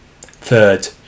Third